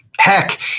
Heck